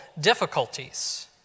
difficulties